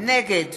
נגד